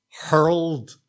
hurled